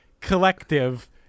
collective